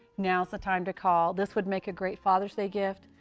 now is the time to call. this would make a great father's day gift,